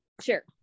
sure